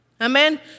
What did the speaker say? Amen